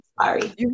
Sorry